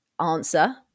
answer